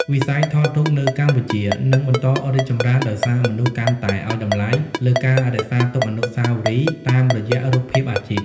វិស័យថតរូបនៅកម្ពុជានឹងបន្តរីកចម្រើន ដោយសារមនុស្សកាន់តែឱ្យតម្លៃលើការរក្សាទុកអនុស្សាវរីយ៍តាមរយៈរូបភាពអាជីព។